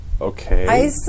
Okay